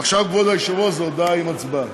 עכשיו, כבוד היושב-ראש, הודעה עם הצבעה.